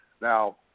Now